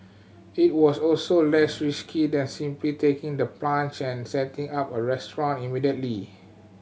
it was also less risky than simply taking the plunge and setting up a restaurant immediately